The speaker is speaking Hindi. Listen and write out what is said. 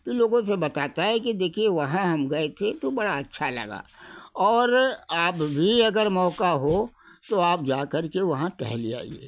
ई लोगों से बताता है कि देखिए वहाँ हम गए थे तो बड़ा अच्छा लगा और आप भी अगर मौका हो तो आप जा करके वहाँ टहल आइए